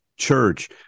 church